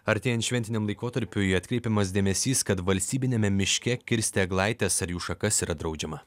artėjant šventiniam laikotarpiui atkreipiamas dėmesys kad valstybiniame miške kirsti eglaites ar jų šakas yra draudžiama